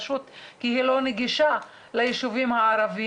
פשוט כי היא לא נגישה ליישובים הערביים,